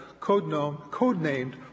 codenamed